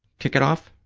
kick it off?